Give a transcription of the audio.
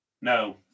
No